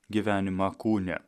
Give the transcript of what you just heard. gyvenimą kūne